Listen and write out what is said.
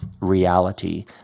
reality